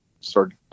Started